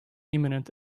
imminent